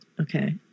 Okay